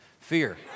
Fear